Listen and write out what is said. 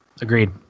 agreed